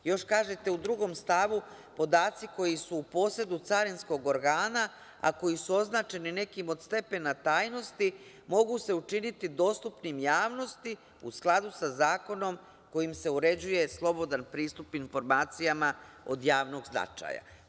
Još kažete u drugom stavu – podaci koji su u posedu carinskog organa, a koji su označeni nekim od stepena tajnosti mogu se učiniti dostupnim javnosti u skladu sa zakonom kojim se uređuje slobodan pristup informacijama od javnog značaja.